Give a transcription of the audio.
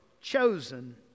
chosen